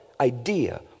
idea